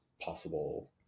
possible